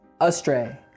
astray